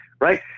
right